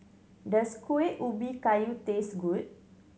does Kuih Ubi Kayu taste good